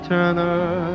Turner